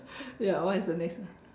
that one is the next one